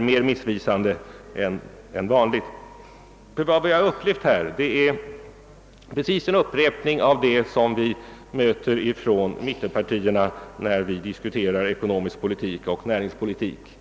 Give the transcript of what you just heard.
mer missvisande än vanligt. Vad vi har upplevt är en exakt upprepning av mittenpartiernas beteende när vi har diskuterat ekonomisk politik och näringspolitik.